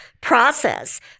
process